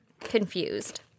confused